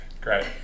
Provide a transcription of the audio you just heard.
Great